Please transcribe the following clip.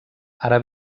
ara